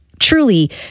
Truly